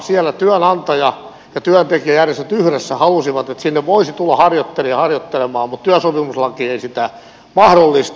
siellä työnantaja ja työntekijäjärjestöt yhdessä halusivat että sinne voisi tulla harjoittelija harjoittelemaan mutta työsopimuslaki ei sitä mahdollista